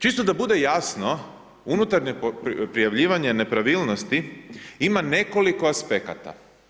Čisto da bude jasno unutarnje prijavljivanje nepravilnosti ima nekoliko aspekata.